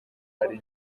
ari